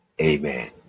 Amen